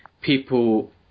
people